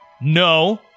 No